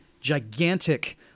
gigantic